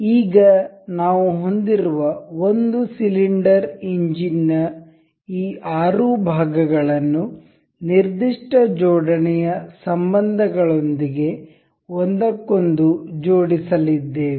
ಈಗ ನಾವು ಹೊಂದಿರುವ ಒಂದು ಸಿಲಿಂಡರ್ ಎಂಜಿನ್ ನ ಈ 6 ಭಾಗಗಳನ್ನು ನಿರ್ದಿಷ್ಟ ಜೋಡಣೆಯ ಸಂಬಂಧಗಳೊಂದಿಗೆ ಒಂದಕ್ಕೊಂದು ಜೋಡಿಸಲಿದ್ದೇವೆ